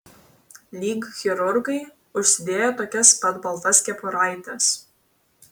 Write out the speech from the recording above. lyg chirurgai užsidėjo tokias pat baltas kepuraites